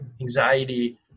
anxiety